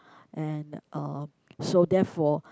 and uh so therefore